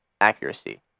accuracy